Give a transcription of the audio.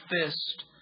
fist